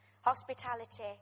hospitality